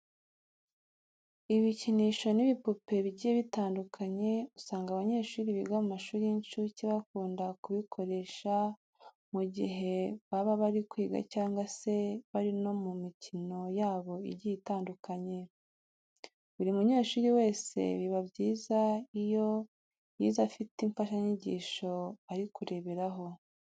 Ibikinisho n'ibipupe bigiye bitandukanye usanga abanyeshuri biga mu mashuri y'incuke bakunda kubikoresha mu gihe baba bari kwiga cyangwa se bari no mu mikino yabo igiye itandukanye. Buri munyeshuri wese biba byiza iyo yize afite imfashanyigisho ari kureberaho.